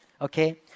Okay